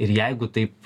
ir jeigu taip